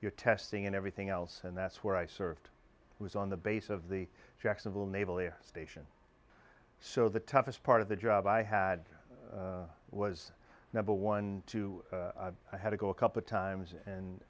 your testing and everything else and that's where i served was on the base of the jacksonville naval air station so the toughest part of the job i had was number one to i had to go a couple times